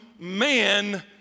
man